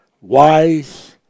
wise